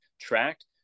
tracked